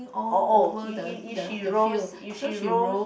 uh oh if if she rows if she rows